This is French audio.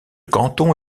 canton